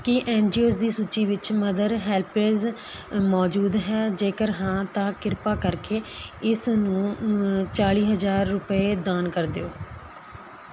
ਕੀ NGOs ਦੀ ਸੂਚੀ ਵਿੱਚ ਮਦਰ ਹੈਲਪੇਜ਼ ਅ ਮੌਜੂਦ ਹੈ ਜੇਕਰ ਹਾਂ ਤਾਂ ਕਿਰਪਾ ਕਰਕੇ ਇਸਨੂੰ ਚਾਲ਼ੀ ਹਜ਼ਾਰ ਰੁਪਏ ਦਾਨ ਕਰ ਦਿਓ